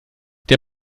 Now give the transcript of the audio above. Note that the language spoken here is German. der